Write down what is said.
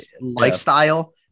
lifestyle